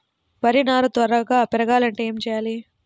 వరి నారు త్వరగా పెరగాలంటే ఏమి చెయ్యాలి?